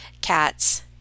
cats